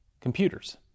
computers